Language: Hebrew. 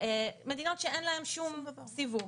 ומדינות שאין להן שום סיווג.